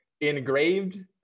engraved